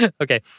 Okay